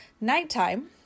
Nighttime